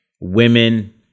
women